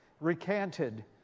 recanted